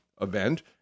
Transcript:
event